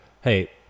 hey